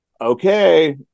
okay